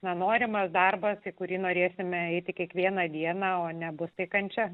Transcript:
nenorimas darbas į kurį norėsime eiti kiekvieną dieną o nebus tai kančia